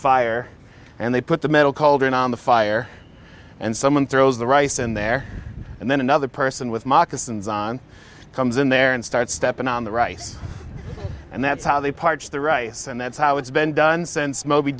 fire and they put the metal cauldron on the fire and someone throws the rice in there and then another person with moccasins on comes in there and start stepping on the rice and that's how they part of the rice and that's how it's been done since moby